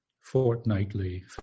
fortnightly